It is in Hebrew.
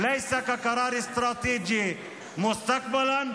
לא כהחלטה אסטרטגית לעתיד,